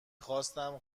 خواستم